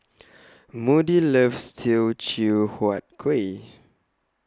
Moody loves Teochew Huat Kuih